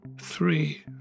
three